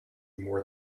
more